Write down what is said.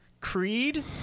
Creed